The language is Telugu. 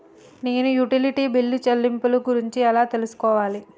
నేను యుటిలిటీ బిల్లు చెల్లింపులను గురించి ఎలా తెలుసుకోవాలి?